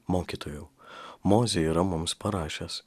mokytojau mozė yra mums parašęs